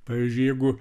pavyzdžiui jeigu